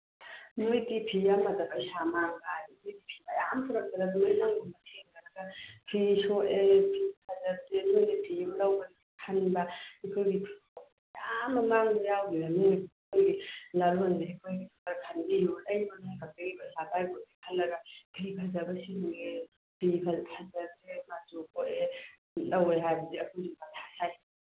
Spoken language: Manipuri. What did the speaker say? ꯅꯣꯏꯗꯤ ꯐꯤ ꯑꯃꯗ ꯄꯩꯁꯥ ꯃꯥꯡꯕ ꯍꯥꯏꯕ ꯐꯤ ꯃꯌꯥꯝ ꯄꯨꯔꯛꯄꯗ ꯂꯣꯏꯅꯃꯛ ꯐꯤ ꯁꯣꯛꯑꯦ ꯐꯤ ꯐꯖꯗꯦ ꯅꯣꯏꯒꯤ ꯐꯤ ꯑꯃ ꯂꯧꯕꯗ ꯈꯟꯕ ꯑꯩꯈꯣꯏꯒꯤ ꯐꯤ ꯃꯌꯥꯝ ꯑꯃ ꯃꯥꯡꯕ ꯌꯥꯎꯒ꯭ꯔꯦ ꯂꯂꯣꯟꯕꯤ ꯑꯩꯈꯣꯏꯒꯤꯁꯨ ꯈꯔ ꯈꯟꯕꯤꯌꯨ ꯈꯜꯂꯒ ꯐꯤ ꯐꯖꯕ ꯁꯤꯜꯂꯨꯒꯦ ꯐꯤ ꯐꯖꯗ꯭ꯔꯦ ꯃꯆꯨ ꯀꯣꯛꯑꯦ ꯇꯧꯋꯦ ꯍꯥꯏꯕꯗꯤ ꯑꯩꯈꯣꯏꯁꯨ ꯃꯊꯥ ꯁꯥꯏ